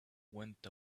went